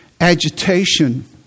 agitation